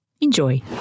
Enjoy